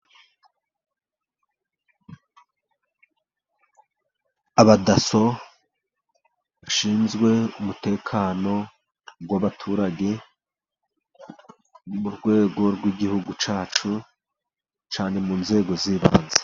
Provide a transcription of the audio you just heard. Abadaso bashinzwe umutekano w'abaturage mu rwego rw'igihugu cyacu, cyane mu nzego z'ibanze.